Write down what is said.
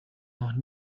noch